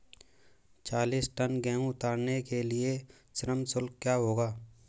चालीस टन गेहूँ उतारने के लिए श्रम शुल्क क्या होगा?